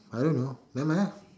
I don't know never mind lah